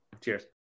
Cheers